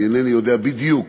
אני אינני יודע בדיוק